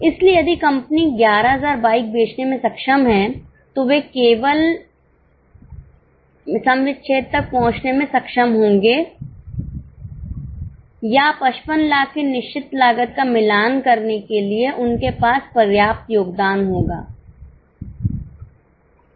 इसलिए यदि company 11000 bike बेचने में सक्षम है तो वे केवल में सम विच्छेद तक पहुंचने में सक्षम होंगे या 55 लाख की निश्चित लागत का मिलान करने के लिए उनके पास पर्याप्त योगदान होगा समझ गए